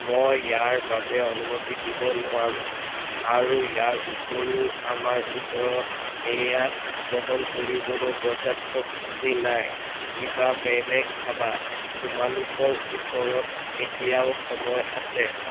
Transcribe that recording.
মই ইয়াৰ বাবে অনুমতি দিব নোৱাৰোঁ আৰু ইয়াৰ উপৰিও আমাৰ ওচৰত এইয়া বহন কৰিবলৈ পৰ্যাপ্ত পুঁজি নাই কিবা বেলেগ ভাবা তোমালোকৰ ওচৰত এতিয়াও সময় আছে